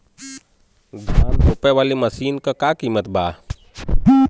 धान रोपे वाली मशीन क का कीमत बा?